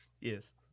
Yes